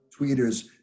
tweeters